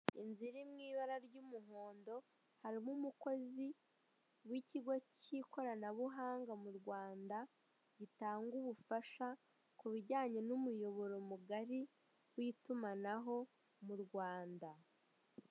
Inzu iri mu ibara ry'umuhondo harimo umukozi w'ikigo k'ikoranabuhanga mu Rwanda gitanga ubufasha ku bijyanye n'umuyoboro mu gari w'itumanaho mu Rwanda.